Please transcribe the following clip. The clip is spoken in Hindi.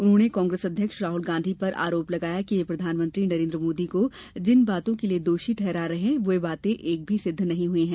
उन्होंने कांग्रेस अध्यक्ष राहल गांधी पर आरेप लगाया कि वे प्रधानमंत्री नरेन्द्र मोदी को जिन बातों के लिये दोषी ठहरा रहे हैं वो बातें एक भी सिद्ध नहीं हई है